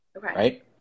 Right